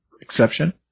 Exception